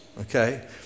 okay